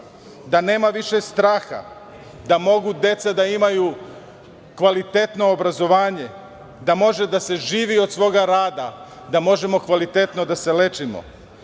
da nema više straha, da mogu deca da imaju kvalitetno obrazovanje, da može da se živi od svog rada, da možemo kvalitetno da se lečimo.